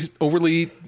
overly